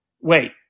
Wait